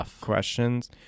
questions